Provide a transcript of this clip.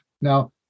Now